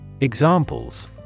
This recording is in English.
Examples